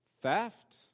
Theft